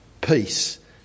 Peace